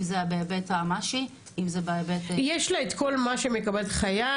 אם זה בהיבט --- יש לה את כל מה שמקבל חייל,